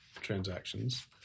transactions